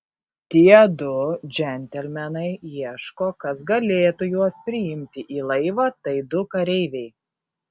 tie du džentelmenai ieško kas galėtų juos priimti į laivą tai du kareiviai